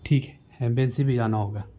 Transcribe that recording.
ٹھیک ہے ایمبینسی بھی جانا ہوگا